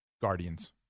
Guardians